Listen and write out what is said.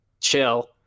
chill